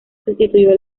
sustituyó